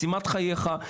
משימת חייך.